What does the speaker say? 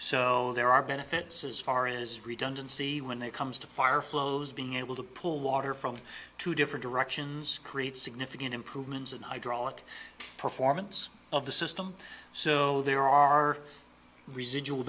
so there are benefits as far as redundancy when it comes to fire flows being able to pull water from two different directions creates significant improvements in hydraulic performance of the system so there are residual